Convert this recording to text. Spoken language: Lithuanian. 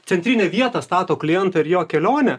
centrinę vietą stato klientą ir jo kelionę